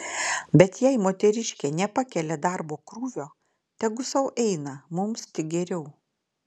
bet jei moteriškė nepakelia darbo krūvio tegu sau eina mums tik geriau